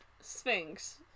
sphinx